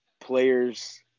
players